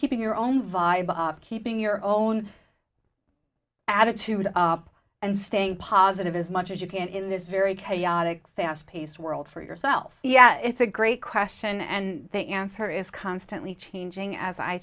keeping your own vibe of keeping your own attitude and staying positive as much as you can in this very chaotic fast paced world for yourself yeah it's a great question and answer is constantly changing as i